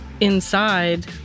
inside